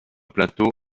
plateau